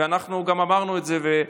ואנחנו גם אמרנו את זה.